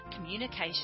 communication